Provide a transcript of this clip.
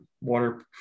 water